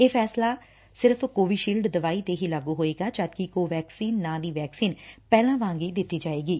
ਇਹ ਫੈਸਲਾ ਸਿਰਫ਼ ਕੋਵੀਸ਼ੀਲਡ ੱਦਵਾਈ ਤੇ ਹੀ ਲਾਗੁ ਹੋਵੇਗਾ ਜਦਕਿ ਕੋਵੈਕਸੀਨ ਨਾ ਦੀ ਵੈਕਸੀਨ ਪਹਿਲਾਂ ਵਾਂਗ ਹੀ ਦਿੱਤੀ ਜਾਵੇਗੀ